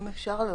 אם אפשר להוסיף,